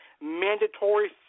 Mandatory